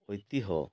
ଐତିହ